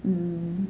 mm